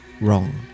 wrong